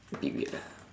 a bit weird ah